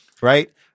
Right